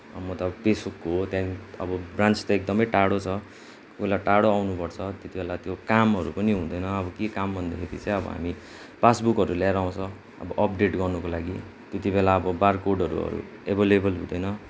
अब म त पेसोकको हो त्यहाँदेखि अब ब्रान्च त एकदमै टाढो छ कोही बेला टाढो आउनुपर्छ त्यतिबेला त्यो कामहरू पनि हुँदैन अब के काम भन्दाखेरि चाहिँ अब हामी पासबुकहरू लिएर आउँछ अब अपडेट गर्नुको लागि त्यति बेला अब बारकोडहरू एभलेबल हुँदैन